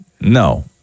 No